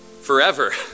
forever